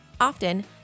Often